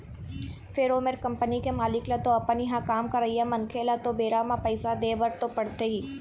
फेर ओ मेर कंपनी के मालिक ल तो अपन इहाँ काम करइया मनखे मन ल तो बेरा म पइसा देय बर तो पड़थे ही